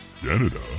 Canada